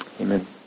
Amen